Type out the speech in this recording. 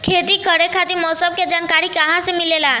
खेती करे खातिर मौसम के जानकारी कहाँसे मिलेला?